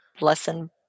lesson